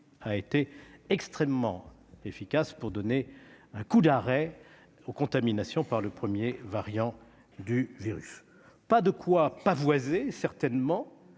a été extrêmement efficace pour donner un coup d'arrêt aux contaminations par le premier variant du virus. En songeant à toutes les victimes